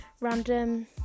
random